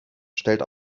stellt